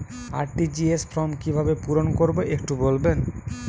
RTGS form কিভাবে পূরণ করবো একটু বলবেন?